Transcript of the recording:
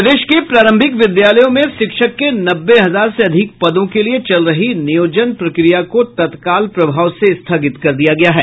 प्रदेश के प्रारंभिक विद्यालयों में शिक्षक के नब्बे हजार से अधिक पदों के लिए चल रही नियोजन प्रक्रिया को तत्काल प्रभाव से स्थगित कर दिया गया है